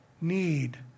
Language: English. need